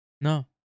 No